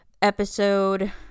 episode